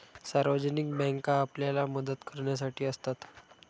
सार्वजनिक बँका आपल्याला मदत करण्यासाठी असतात